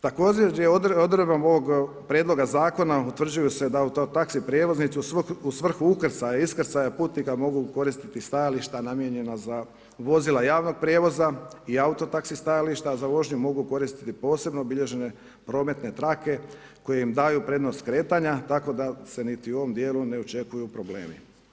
Također odredbom ovoga prijedloga zakona utvrđuju se da auto taxi prijevoznici u svrhu ukrcaja, iskrcaja putnika mogu koristiti stajališta namijenjena za vozila javnog prijevoza i auto taxi stajališta, za vožnju mogu koristiti posebno obilježene prometne trake koje im daju prednost kretanja tako da se niti u ovom djelu ne očekuju problemi.